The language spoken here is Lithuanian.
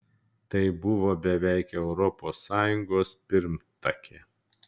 tai buvo beveik europos sąjungos pirmtakė